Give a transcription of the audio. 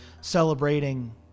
celebrating